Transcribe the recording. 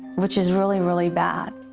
which is really, really bad.